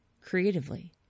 creatively